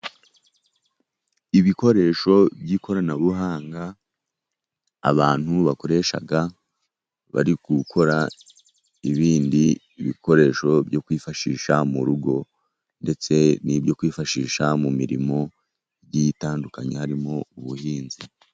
Ibikoresho by'ikoranabuhanga, abantu bakoresha bari gukora ibindi bikoresho byo kwifashisha mu rugo, ndetse n'ibyo kwifashisha mu mirimo igiye itandukanye, harimo ubuhinzi.